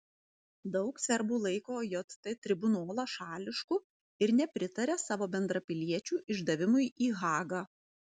daug serbų laiko jt tribunolą šališku ir nepritaria savo bendrapiliečių išdavimui į hagą